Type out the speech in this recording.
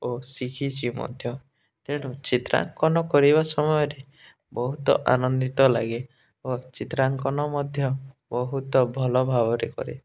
ଓ ଶିଖିଛି ମଧ୍ୟ ତେଣୁ ଚିତ୍ରାଙ୍କନ କରିବା ସମୟରେ ବହୁତ ଆନନ୍ଦିତ ଲାଗେ ଓ ଚିତ୍ରାଙ୍କନ ମଧ୍ୟ ବହୁତ ଭଲ ଭାବରେ କରେ